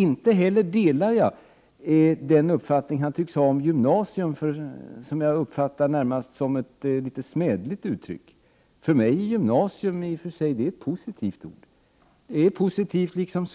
Inte heller delar jag den uppfattning han tycks ha om gymnasiet, som för honom är närmast ett smädligt uttryck. För mig är gymnasium ett positivt ord, liksom ordet